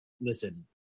Listen